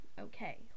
Okay